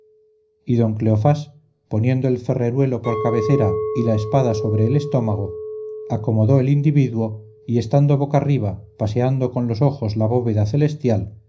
y don cleofás poniendo el ferreruelo por cabecera y la espada sobre el estómago acomodó el individuo y estando boca arriba paseando con los ojos la bóveda celestial